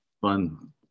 fun